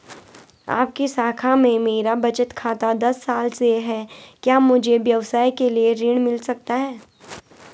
आपकी शाखा में मेरा बचत खाता दस साल से है क्या मुझे व्यवसाय के लिए ऋण मिल सकता है?